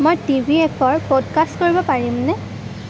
মই টিভিএফৰ পডকাষ্ট কৰিব পাৰিমনে